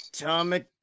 Atomic